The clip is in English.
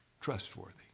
trustworthy